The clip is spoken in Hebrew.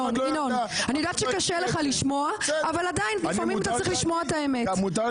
אני יודעת שקשה לך לשמוע אבל עדיין לפעמים אתה צריך לשמוע את האמת.